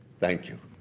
thank you.